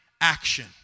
action